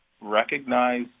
recognize